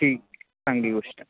ठीक चांगली गोष्ट